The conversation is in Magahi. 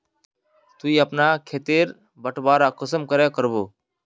ती अपना खेत तेर बटवारा कुंसम करे करबो?